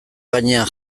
gainean